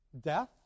death